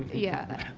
yeah,